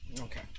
Okay